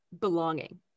belonging